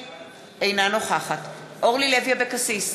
אינה נוכחת אורלי לוי אבקסיס,